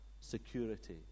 security